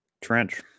Trench